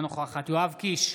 אינה נוכחת יואב קיש,